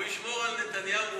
הוא ישמור על נתניהו מאוחדת.